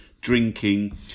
drinking